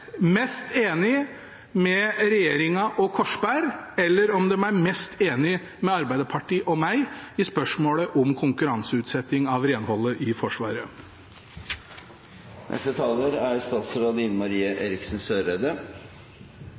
mest enige med regjeringen og Korsberg, eller om de er mest enige med Arbeiderpartiet og meg i spørsmålet om konkurranseutsetting av renholdet i Forsvaret.